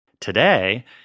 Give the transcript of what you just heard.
Today